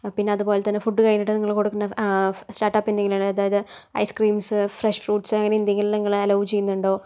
പിന്നെ അതുപോലെത്തന്നെ ഫുഡ് കഴിഞ്ഞിട്ട് നിങ്ങൾ കൊടുക്കുന്ന സ്റ്റാർട്ടപ്പ് എങ്ങനെയാണു അതായത് ഐസ് ക്രീമസ് ഫ്രഷ് ഫ്രൂട്സ് അങ്ങനെ എന്തെങ്കിലും നിങ്ങള് അലോ ചെയ്യുന്നുണ്ടോ